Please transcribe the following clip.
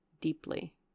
deeply